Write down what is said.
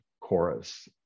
chorus